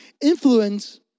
Influence